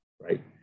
right